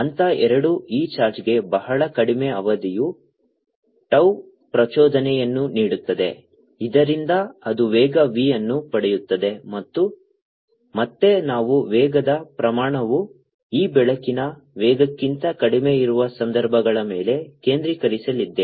ಹಂತ ಎರಡು ಈ ಚಾರ್ಜ್ಗೆ ಬಹಳ ಕಡಿಮೆ ಅವಧಿಯ tau ಪ್ರಚೋದನೆಯನ್ನು ನೀಡುತ್ತದೆ ಇದರಿಂದ ಅದು ವೇಗ v ಅನ್ನು ಪಡೆಯುತ್ತದೆ ಮತ್ತು ಮತ್ತೆ ನಾವು ವೇಗದ ಪ್ರಮಾಣವು ಈ ಬೆಳಕಿನ ವೇಗಕ್ಕಿಂತ ಕಡಿಮೆ ಇರುವ ಸಂದರ್ಭಗಳ ಮೇಲೆ ಕೇಂದ್ರೀಕರಿಸಲಿದ್ದೇವೆ